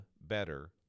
better